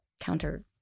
counter